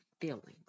feelings